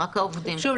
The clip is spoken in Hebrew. שוב,